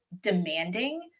demanding